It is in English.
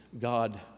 God